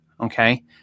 Okay